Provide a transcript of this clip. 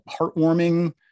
heartwarming